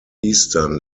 eastern